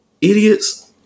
idiots